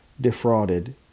defrauded